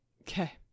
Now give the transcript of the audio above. Okay